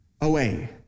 away